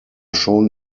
schon